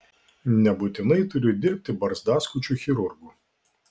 nebūtinai turiu dirbti barzdaskučiu chirurgu